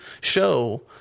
show